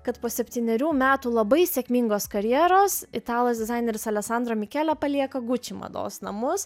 kad po septynerių metų labai sėkmingos karjeros italas dizainerius aleksandro mikele palieka gucci mados namus